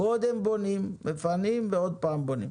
קודם בונים, מפנים ועוד פעם בונים.